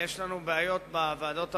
יש לנו בעיות בוועדות הרפואיות,